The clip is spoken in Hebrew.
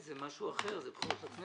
זה משהו אחר, זה בחירות לכנסת.